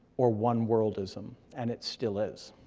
or one-worldism, and it still is.